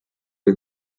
der